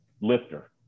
lifter